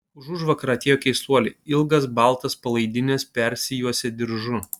užužvakar atėjo keistuoliai ilgas baltas palaidines persijuosę diržu